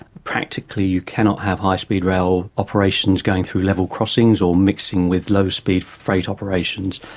practically you cannot have high speed rail operations going through level crossings or mixing with low speed freight operations.